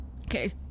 Okay